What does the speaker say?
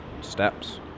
steps